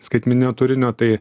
skaitmeninio turinio tai